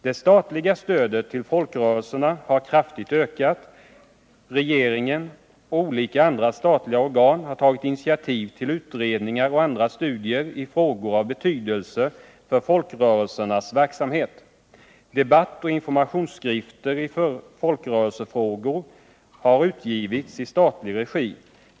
Det statliga stödet till folkrörelserna har kraftigt ökat. Regeringen och olika andra statliga organ har tagit initiativ till utredningar och andra studier i frågor av betydelse för folkrörelsernas verksamhet. Debattoch informationsskrifter i folkrörelsefrågor har utgivits i statlig regi.